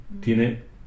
tiene